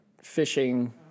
fishing